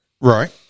Right